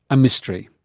a mystery.